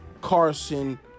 Carson